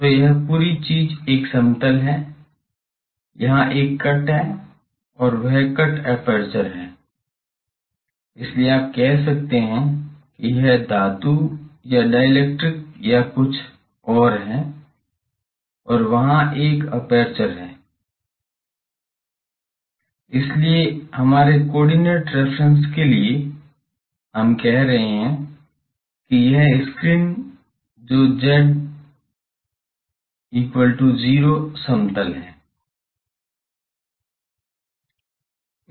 तो यह पूरी चीज एक समतल है यहाँ एक कट है और वह कट एपर्चर है इसलिए आप कह सकते हैं कि यह धातु या डाइइलेक्ट्रिक या कुछ है और वहाँ एक एपर्चर है इसलिए हमारे कोऑर्डिनेट रिफरेन्स के लिए हम कह रहे हैं की यह स्क्रीन जो z0 समतल है